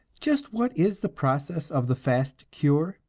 just what is the process of the fast cure?